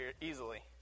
easily